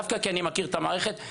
כי אני מכיר את המערכת,